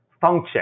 Function